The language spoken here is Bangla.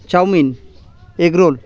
chowmein egg roll